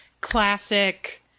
classic